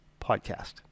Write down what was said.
Podcast